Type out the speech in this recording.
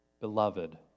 Beloved